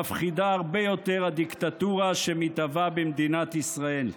מפחידה הרבה יותר הדיקטטורה שמתהווה במדינת ישראל.